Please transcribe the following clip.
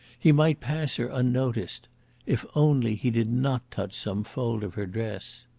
he might pass her unnoticed if only he did not touch some fold of her dress.